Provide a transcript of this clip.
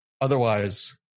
Otherwise